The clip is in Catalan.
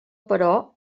però